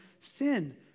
sin